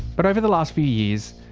but over the last few years,